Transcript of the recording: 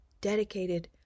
dedicated